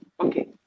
Okay